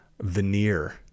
veneer